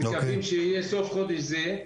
אנחנו מקווים שהוא יהיה בסוף החודש הנוכחי.